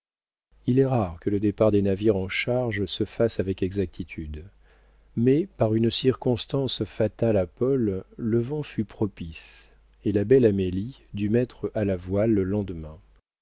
il est rare que le départ des navires en charge se fasse avec exactitude mais par une circonstance fatale à paul le vent fut propice et la belle amélie dut mettre à la voile le lendemain